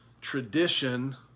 tradition